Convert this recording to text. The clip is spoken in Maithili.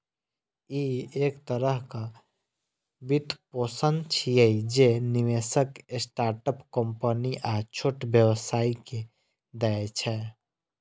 ई एक तरहक वित्तपोषण छियै, जे निवेशक स्टार्टअप कंपनी आ छोट व्यवसायी कें दै छै